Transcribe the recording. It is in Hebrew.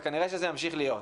וכנראה שזה ימשיך להיות,